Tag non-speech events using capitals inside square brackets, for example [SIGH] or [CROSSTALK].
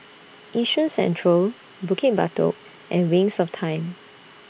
[NOISE] Yishun Central Bukit Batok and Wings of Time